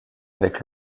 avec